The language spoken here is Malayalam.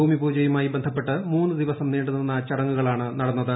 ഭൂമി പൂജയുമായി ബന്ധപ്പെട്ട് മൂന്നു ദിവസം നീണ്ടുനിന്ന ചടങ്ങുകളാണ് നടന്നത്